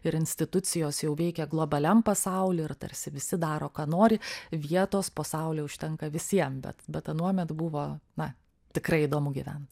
ir institucijos jau veikia globaliam pasauly ir tarsi visi daro ką nori vietos pasauly užtenka visiem bet bet anuomet buvo na tikrai įdomu gyvent